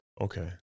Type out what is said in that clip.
Okay